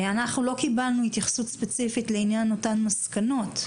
לא קיבלנו התייחסות ספציפית לעניין אותן מסקנות.